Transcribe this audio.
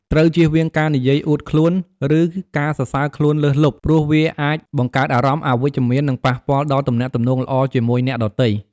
ត្រូវជៀសវាងការនិយាយអួតខ្លួន ឬការសរសើរខ្លួនលើសលប់ ព្រោះវាអាចបង្កើតអារម្មណ៍អវិជ្ជមាន និងប៉ះពាល់ដល់ទំនាក់ទំនងល្អជាមួយអ្នកដទៃ។